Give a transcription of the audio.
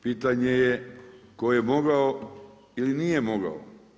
Pitanje je tko je mogao ili nije mogao.